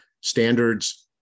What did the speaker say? standards